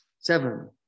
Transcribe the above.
seven